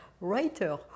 writer